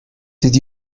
did